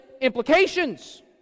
implications